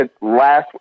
last